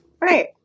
Right